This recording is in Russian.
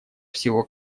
всего